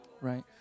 Right